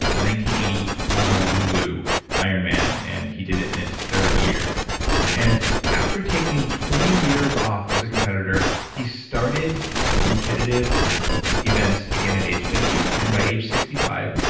eighty honolulu ironman. and he did it in its third year and after taking twenty years off as a competitor, he started competitive events again at age fifty, and by age sixty five,